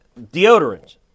deodorant